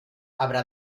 habrá